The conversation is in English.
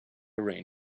rain